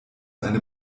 eine